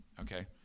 Okay